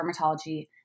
dermatology